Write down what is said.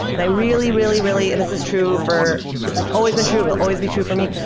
and i really, really, really and this is true for this has always been true. it will always be true for me.